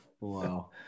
wow